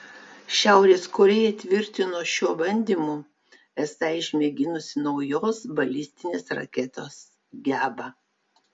šiaurės korėja tvirtino šiuo bandymu esą išmėginusi naujos balistinės raketos gebą